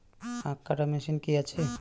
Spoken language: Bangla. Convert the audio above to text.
আখ কাটা মেশিন কি আছে?